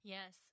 Yes